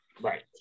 Right